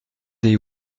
des